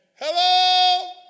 Hello